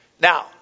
Now